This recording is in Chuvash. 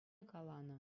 каланӑ